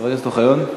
חבר הכנסת אוחיון.